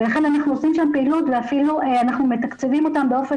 ואכן אנחנו עושים שם פעילות ואפילו אנחנו מתקצבים אותם באופן